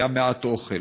היה מעט אוכל.